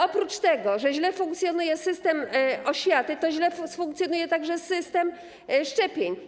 Oprócz tego, że źle funkcjonuje system oświaty, to źle funkcjonuje także system szczepień.